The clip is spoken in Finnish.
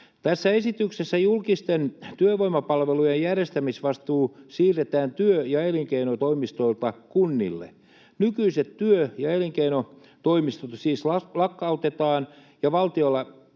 Tässä esityksessä julkisten työvoimapalvelujen järjestämisvastuu siirretään työ- ja elinkeinotoimistoilta kunnille. Nykyiset työ- ja elinkeinotoimistot siis lakkautetaan, ja valtiolla